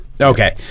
okay